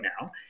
now